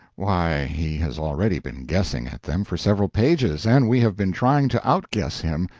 why, he has already been guessing at them for several pages, and we have been trying to outguess him,